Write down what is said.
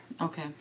Okay